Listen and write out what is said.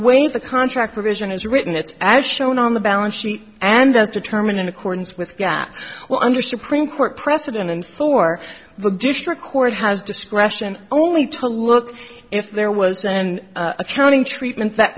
way the contract provision is written it's as shown on the balance sheet and as determined in accordance with gas well under supreme court precedent and for the district court has discretion only to look if there was an accounting treatment that